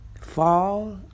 fall